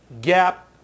Gap